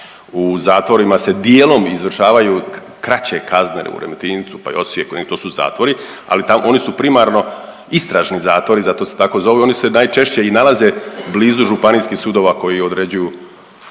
U zatvorima se dijelom izdržavaju kraće kazne u Remetincu, pa i Osijeku i to su zatvori, ali tamo, oni su primarno istražni zatvori, zato se tako zovu. Oni se najčešće i nalaze blizu županijskih sudova koji određuju,